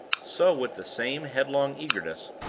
so, with the same headlong eagerness,